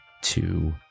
two